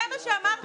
זה מה שאמרתי.